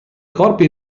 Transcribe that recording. corpi